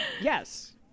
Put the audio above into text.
yes